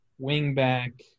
wingback